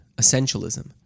Essentialism